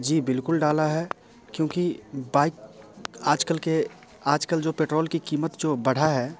जी बिल्कुल डाला है क्योंकि बाइक आज कल के आज कल जो पेट्रोल की कीमत जो बढ़ी है